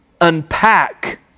unpack